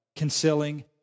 concealing